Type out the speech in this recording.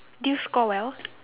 did you score well